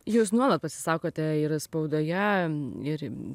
jūs nuolat pasisakote ir spaudoje ir